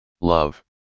Love